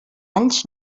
alls